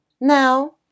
Now